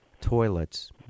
toilets